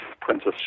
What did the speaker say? Princess